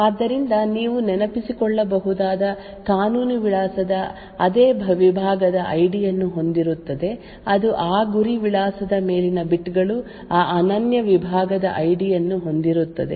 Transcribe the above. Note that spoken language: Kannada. ಆದ್ದರಿಂದ ನೀವು ನೆನಪಿಸಿಕೊಳ್ಳಬಹುದಾದ ಕಾನೂನು ವಿಳಾಸವು ಅದೇ ವಿಭಾಗದ ID ಅನ್ನು ಹೊಂದಿರುತ್ತದೆ ಅದು ಆ ಗುರಿ ವಿಳಾಸದ ಮೇಲಿನ ಬಿಟ್ ಗಳು ಆ ಅನನ್ಯ ವಿಭಾಗದ ID ಅನ್ನು ಹೊಂದಿರುತ್ತದೆ